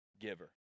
giver